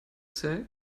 say